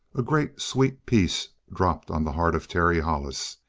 a great, sweet peace dropped on the heart of terry hollis.